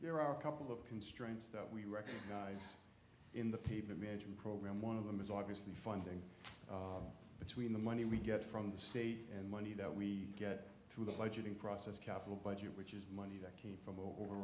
there are a couple of constraints that we recognize in the paper management program one of them is obviously funding between the money we get from the state and money that we get through the budget in process capital budget which is money that came from